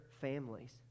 families